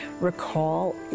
recall